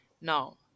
Now